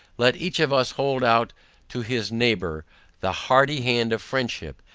let each of us, hold out to his neighbour the hearty hand of friendship,